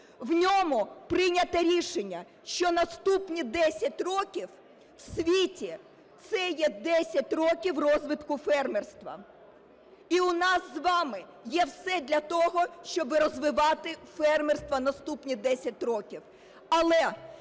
В ньому прийнято рішення, що наступні 10 років в світі це є 10 років розвитку фермерства. І у нас з вами є все для того, щоб розвивати фермерство наступні 10 років.